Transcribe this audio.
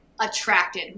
Attracted